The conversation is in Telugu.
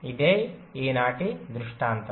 ఇదే ఈనాటి దృష్టాంతం